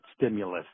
stimulus